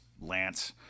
Lance